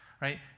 right